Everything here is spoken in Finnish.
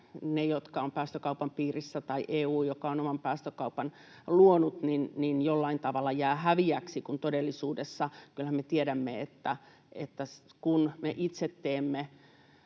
ne, jotka ovat päästökaupan piirissä, tai EU, joka on oman päästökaupan luonut, jollain tavalla jää häviäjäksi, kun todellisuudessa kyllähän me tiedämme, että kun me itse teemme